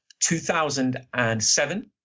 2007